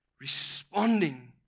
Responding